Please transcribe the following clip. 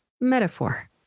Metaphor